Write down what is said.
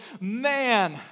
Man